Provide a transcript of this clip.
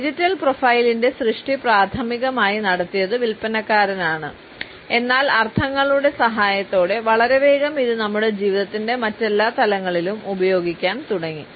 digital പ്രൊഫൈലിന്റെ സൃഷ്ടി പ്രാഥമികമായി നടത്തിയത് വിൽപ്പനക്കാരാണ് എന്നാൽ അർത്ഥങ്ങളുടെ സഹായത്തോടെ വളരെ വേഗം ഇത് നമ്മുടെ ജീവിതത്തിന്റെ മറ്റെല്ലാ തലങ്ങളിലും ഉപയോഗിക്കാൻ തുടങ്ങി